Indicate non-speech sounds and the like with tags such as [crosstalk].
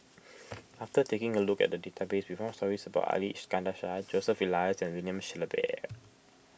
[noise] after taking a look at the database we found stories about Ali Iskandar Shah Joseph Elias and William Shellabear